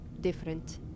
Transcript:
different